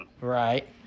right